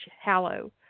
hallow